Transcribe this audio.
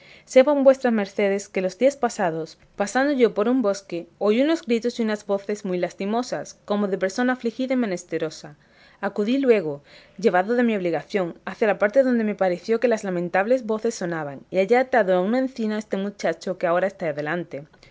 viven sepan vuestras mercedes que los días pasados pasando yo por un bosque oí unos gritos y unas voces muy lastimosas como de persona afligida y menesterosa acudí luego llevado de mi obligación hacia la parte donde me pareció que las lamentables voces sonaban y hallé atado a una encina a este muchacho que ahora está delante